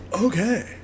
okay